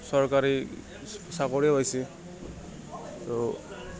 চৰকাৰী চাকৰি হৈছে আৰু